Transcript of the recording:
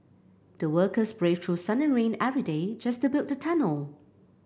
the workers braved through sun and rain every day just to build the tunnel